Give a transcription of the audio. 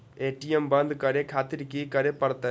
ATM बंद करें खातिर की करें परतें?